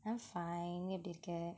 I'm fine நீ எப்படி இருக்க:nee eppadi irukka